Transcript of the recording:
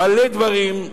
מלא דברים,